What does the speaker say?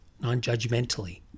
non-judgmentally